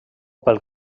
pel